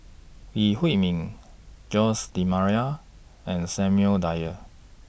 Lee Huei Min Jose D'almeida and Samuel Dyer